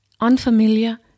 unfamiliar